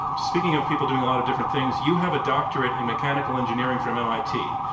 speaking of people doing a lot of different things, you have a doctorate in mechanical engineering from mit.